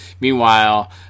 meanwhile